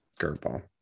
curveball